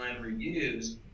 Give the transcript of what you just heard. reviews